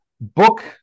Book